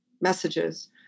messages